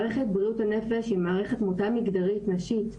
מערכת בריאות הנפש היא מערכת מוטה מגדרית נשית,